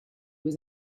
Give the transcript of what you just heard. was